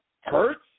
Hurts